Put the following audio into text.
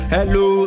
Hello